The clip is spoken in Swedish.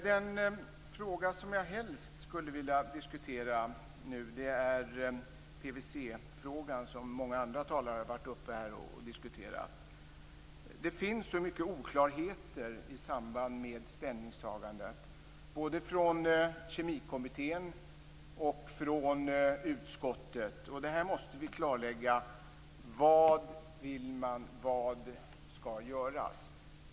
Den fråga som jag helst skulle vilja diskutera nu är PVC-frågan, som många andra talare har diskuterat. Det finns så många oklarheter i samband med ställningstagandet, både från Kemikommittén och från utskottet. Vi måste klarlägga vad man vill och vad som skall göras.